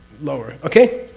lower, okay?